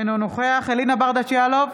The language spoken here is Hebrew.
אינו נוכח אלינה ברדץ' יאלוב,